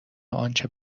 آنچه